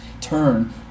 Turn